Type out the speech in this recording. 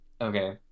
Okay